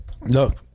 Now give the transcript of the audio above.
Look